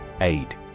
Aid